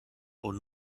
und